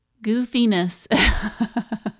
goofiness